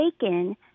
taken